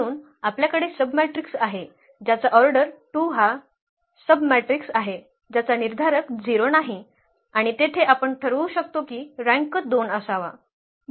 म्हणून आपल्याकडे सबमॅट्रिक्स आहे ज्याचा ऑर्डर 2 हा सबमॅट्रिक्स आहे ज्याचा निर्धारक 0 नाही आणि तेथे आपण ठरवू शकतो की रँक 2 असावा